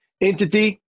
entity